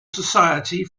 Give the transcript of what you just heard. society